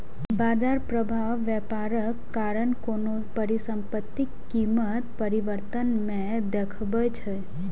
बाजार प्रभाव व्यापारक कारण कोनो परिसंपत्तिक कीमत परिवर्तन मे देखबै छै